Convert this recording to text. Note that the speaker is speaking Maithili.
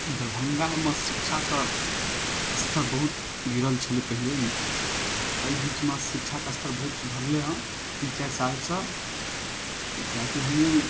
दरभङ्गामे शिक्षाके स्तर बहुत गिरल छलै पहिले अइ बीचमे शिक्षाके स्तर बहुत सुधरलै हँ तीन चारि सालसँ किएक की हमहुँ